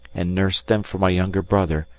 and nursed them for my younger brother,